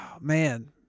man